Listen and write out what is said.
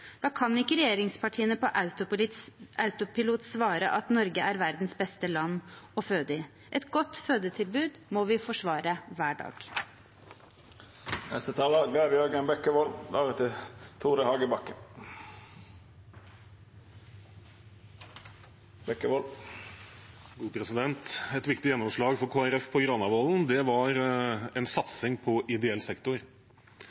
Da kan ikke regjeringspartiene på autopilot svare at Norge er verdens beste land å føde i. Et godt fødetilbud må vi forsvare hver dag. Et viktig gjennomslag for Kristelig Folkeparti på Granavolden var en